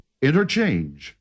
Interchange